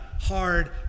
hard